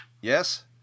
Yes